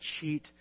cheat